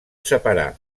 separar